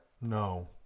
No